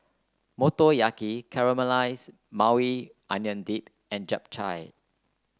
Motoyaki Caramelized Maui Onion Dip and Japchae